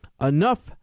enough